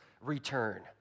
return